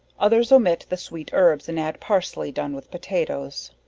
others omit the sweet herbs, and add parsley done with potatoes.